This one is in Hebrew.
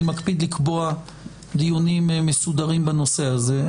אני מקפיד לקבוע דיונים מסודרים בנושא הזה,